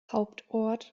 hauptort